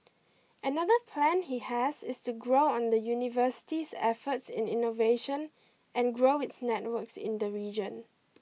another plan he has is to grow on the university's efforts in innovation and grow its networks in the region